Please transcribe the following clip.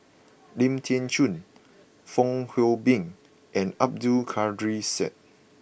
Lim Thean Soo Fong Hoe Beng and Abdul Kadir Syed